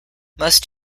must